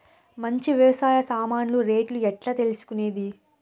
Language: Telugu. మంచి వ్యవసాయ సామాన్లు రేట్లు ఎట్లా తెలుసుకునేది?